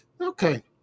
Okay